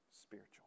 Spiritual